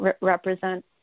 represent